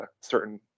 certain